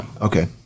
Okay